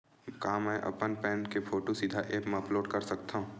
का मैं अपन पैन के फोटू सीधा ऐप मा अपलोड कर सकथव?